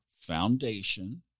foundation